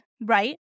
right